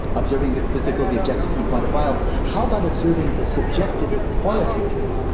observing the physical, the objective and quantifiable, how about observing the subjective, the qualitative